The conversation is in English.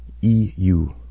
EU